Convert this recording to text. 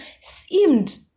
seemed